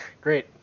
great